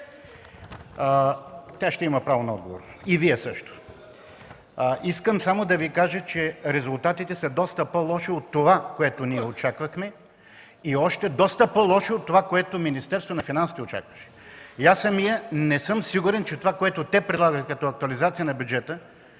Тя ще има право на отговор, и Вие също! Искам само да кажа, че резултатите са доста по-лоши от това, което очаквахме, и още доста по-лоши от това, което Министерството на финансите очакваше. Аз самият не съм сигурен, че това, което те предлагат като актуализация на бюджета,